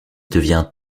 devient